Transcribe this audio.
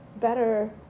better